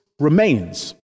remains